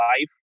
life